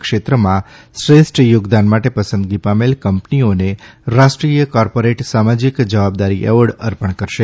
ક્ષેત્રમાં શ્રેષ્ઠ યોગદાન માટે પસંદગી પામેલ કંપનીઓને રાષ્ટ્રીય કોર્પોરેટ સામાજિક જવાબદારી એવોર્ડ અર્પણ કરશે